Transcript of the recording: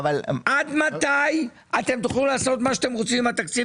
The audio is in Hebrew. עד מתי אתם תוכלו לעשות מה שאתם רוצים עם התקציב ההמשכי?